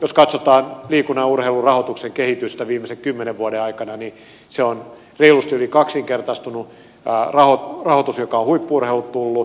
jos katsotaan liikunnan ja urheilun rahoituksen kehitystä viimeisen kymmenen vuoden aikana niin se on reilusti yli kaksinkertaistunut ja raul rahoitus joka on huippu urheilulle tullut on reilusti yli kaksinkertaistunut